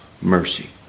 mercy